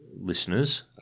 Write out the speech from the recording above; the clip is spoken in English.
listeners